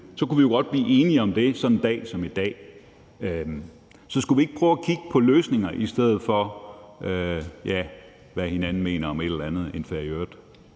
kunne vi jo godt blive enige om det sådan en dag som i dag. Så skulle vi ikke prøve at kigge på løsninger i stedet for at kigge på, hvad vi hver især mener om et eller andet inferiørt?